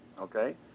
okay